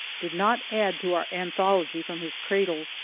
did not add to our anthology from his cradle,